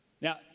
now